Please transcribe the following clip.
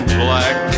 black